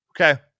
Okay